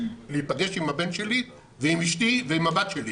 להיפגש עם הבן שלי ועם אשתי ועם הבת שלי.